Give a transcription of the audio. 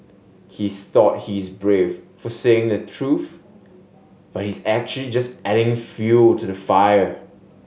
he thought he is brave for saying the truth but he's actually just adding fuel to the fire